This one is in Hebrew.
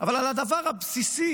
אבל את הדבר הבסיסי,